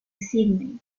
sídney